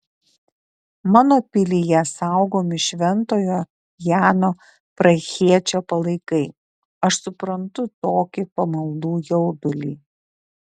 mano pilyje saugomi šventojo jano prahiečio palaikai aš suprantu tokį pamaldų jaudulį